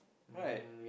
right